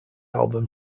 album